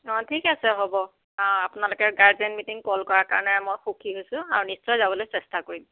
অঁ ঠিক আছে হ'ব অঁ আপোনালোকে গাৰ্জেন মিটিং কল কৰাৰ কাৰণে মই সুখী হৈছোঁ আৰু নিশ্চয় যাবলৈ চেষ্টা কৰিম